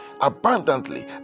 abundantly